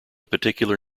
particular